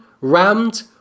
rammed